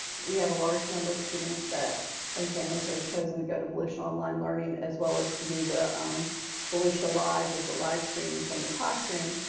we have a large number of students that and families that have chosen to go to volusia online learning as well as to do the um volusia live with the live streaming from the classroom,